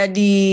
di